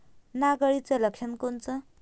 नाग अळीचं लक्षण कोनचं?